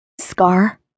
Scar